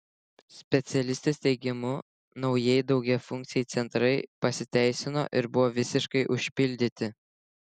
specialistės teigimu naujieji daugiafunkciai centrai pasiteisino ir buvo visiškai užpildyti